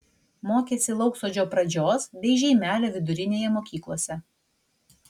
mokėsi lauksodžio pradžios bei žeimelio vidurinėje mokyklose